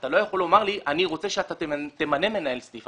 אתה לא יכול לומר לי שאתה רוצה שאני אמנה מנהל סניף.